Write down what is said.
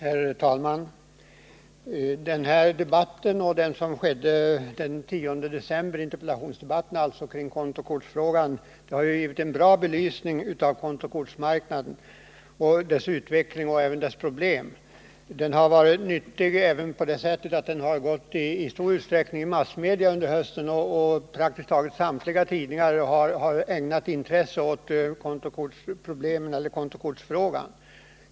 Herr talman! Den här debatten och interpellationsdebatten den 10 december kring kontokortsfrågan har på ett bra sätt belyst kontokortsmarknaden, dess utveckling och problem. Det har också varit nyttigt att debatten i stor utsträckning har förekommit i massmedia under hösten. Praktiskt taget samtliga tidningar har ägnat intresse åt kontokortsfrågan.